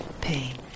pain